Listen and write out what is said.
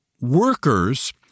workers—